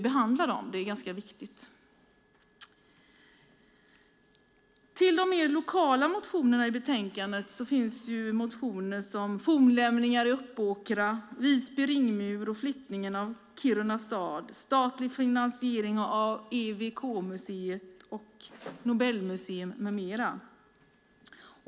Bland de mer lokala motionerna i betänkandet finns motioner som handlar om fornlämningar i Uppåkra, Visby ringmur, flyttningen av Kiruna stad, statlig finansiering av EWK-museet, Nobelmuseum med mera.